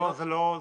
לא, זה לא.